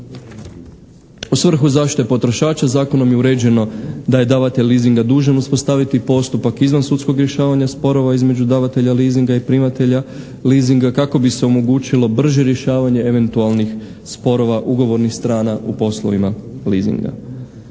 U svrhu zaštite potrošača Zakonom je uređeno da je davatelj leasinga dužan uspostaviti postupak izvan sudskog rješavanja sporova između davatelja leasinga i primatelja leasinga kako bi se omogućilo brže rješavanje eventualnih sporova ugovornih strana u poslovima leasinga.